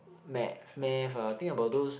math math ah think about those